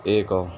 ଏକ